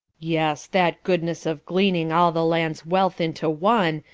yes, that goodnesse of gleaning all the lands wealth into one,